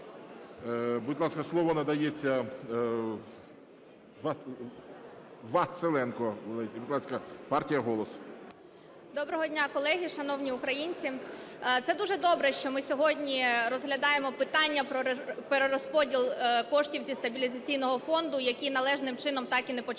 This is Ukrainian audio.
Доброго дня, колеги, шановні українці! Це дуже добре, що ми сьогодні розглядаємо питання про перерозподіл коштів зі стабілізаційного фонду, які належним чином так і не почали